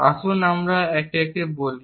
আসুন আমরা একে একে বলি